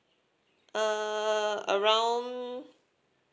err around